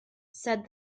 said